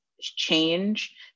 change